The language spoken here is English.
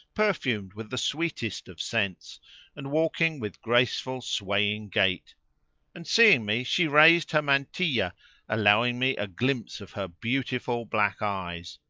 perfumed with the sweetest of scents and walking with graceful swaying gait and seeing me she raised her mantilla allowing me a glimpse of her beautiful black eyes.